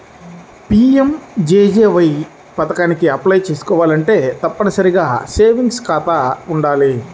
PMJJBY పథకానికి apply చేసుకోవాలంటే తప్పనిసరిగా సేవింగ్స్ ఖాతా వుండాలి